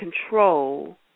control